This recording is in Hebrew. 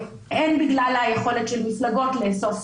הן בגלל היכולת של מפלגות לאסוף